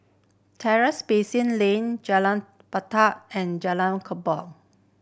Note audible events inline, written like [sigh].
[unintelligible] Basin Lane Jalan [unintelligible] and Jalan Kubor